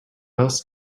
else